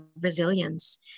resilience